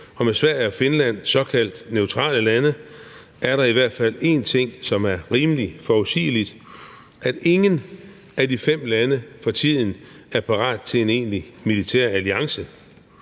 og med Sverige og Finland som såkaldt neutrale lande er der i hvert fald en ting, som er rimelig forudsigelig, nemlig at ingen af de fem lande for tiden er parat til en egentlig militæralliance.